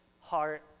heart